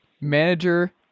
manager